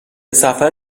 سفر